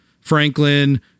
Franklin